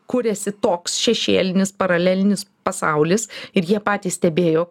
kuriasi toks šešėlinis paralelinis pasaulis ir jie patys stebėjo